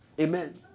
Amen